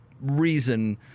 reason